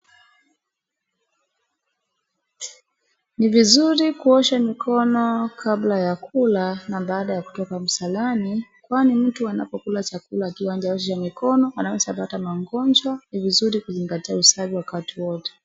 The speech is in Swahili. ni vizuri kuosha mikono kabla ya kula na baada ya kutoka msalani kwani mtu anapokula chakula akiwa hajaosha mikono anaweza pata magonjwa ni vizuri kuzingatia usafi wakati wote